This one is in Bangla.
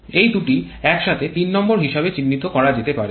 এই দুটি একসাথে ৩ নম্বর হিসাবে চিহ্নিত করা যেতে পারে